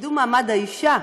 לקידום מעמד האישה,